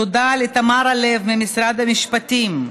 תודה לתמרה לב ממשרד המשפטים,